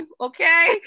okay